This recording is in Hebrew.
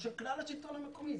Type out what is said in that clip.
או של כלל השלטון המקומי.